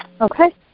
Okay